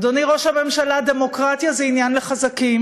אדוני ראש הממשלה, דמוקרטיה זה עניין לחזקים,